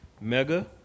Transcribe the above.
mega